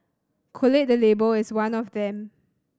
collate the Label is one of them